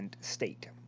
state